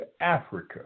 Africa